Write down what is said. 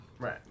Right